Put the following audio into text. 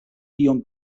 ion